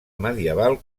medieval